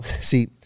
see